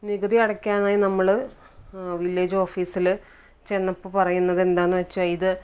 നികുതി അടക്കാനായി നമ്മൾ വില്ലജ് ഓഫീസിൽ ചെന്നപ്പോൾ പറയുന്നത് എന്താണെന്നു വെച്ചാൽ ഇത്